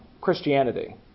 Christianity